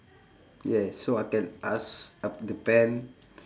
yes so I can ask a the pen